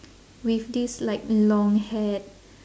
with this like long-haired